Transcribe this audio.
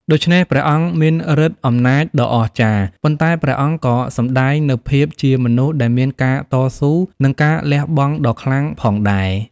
ដូច្នេះ ព្រះអង្គមានឫទ្ធិអំណាចដ៏អស្ចារ្យ ប៉ុន្តែព្រះអង្គក៏សម្ដែងនូវភាពជាមនុស្សដែលមានការតស៊ូ និងការលះបង់ដ៏ខ្លាំងផងដែរ ។